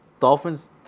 Dolphins